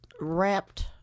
wrapped